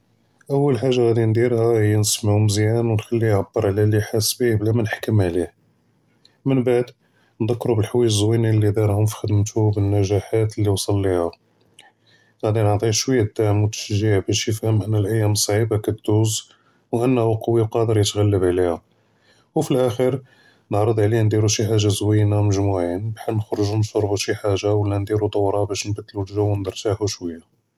אוּוַל חַאגָ'ה גַ'אִי נְדִירְהָא הִי נְסְמְעוּ מְזְיָּאן וּנְחַלִּיה יְעַבֶּר עַלָּא לִי חַאס בִּיה בְּלַא מַאנְחְכְּמוּ עָלִיה, מִן בְּעְד נְדְכְּּרוּ בֶּלְחְוָאיְג אֶזְּוִינָה לִי דָארְהוֹם פְּחְ'דְמְתוֹ וּבֶּלְנַגַ'חַאת לִי וְסַל לִיהוֹם, גַ'אִי נְעְטִיה שְוַיָּה ד אֶדְדַעְם וֶתְתַשְׁגִיע בַּאש יְפְהֶם אֶנָּא אֶלְאַיָּאם אֶצְצְעִיבָּה כַּתְדוּז וְאֶנָּה קְוִי וְקָאדֶר יִתְעַ'לֶב עָלֵיהָ, וְפֶּאלְאַחִ'יר נְעְרֶץ עָלִיה נְדִירוּ שִי חַאגָ'ה זְוִינָה מְגְ'מֻועִין בְּחַאל נְחְ'רְגוּ נְשְׁרְבוּ שִי חַאגָ'ה וְלָא נְדִירוּ דוּרַה בַּאש נְבַּדְלוּ אֶלְגַ'ו וּנְרְתָחוּ שְוַיָּה.